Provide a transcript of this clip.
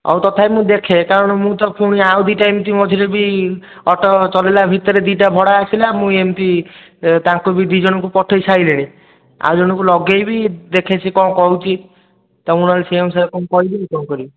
ଆଉ ତଥାପି ମୁଁ ଦେଖେ କାରଣ ମୁଁ ତ ପୁଣି ଆଉ ଦୁଇଟା ଏମିତି ମଝିରେ ବି ଅଟୋ ଚଲାଇଲା ଭିତରେ ଦୁଇଟା ଭଡ଼ା ଆସିଲା ମୁଁ ଏମିତି ତାଙ୍କୁ ବି ଦୁଇ ଜଣକୁ ପଠାଇସାରିଲିଣି ଆଉ ଜଣକୁ ଲଗାଇବି ଦେଖେ ସେ କ'ଣ କହୁଛି ତୁମକୁ ନହେଲେ ସେଇ ଅନୁସାରେ କ'ଣ କହିବି ଆଉ କ'ଣ କରିବି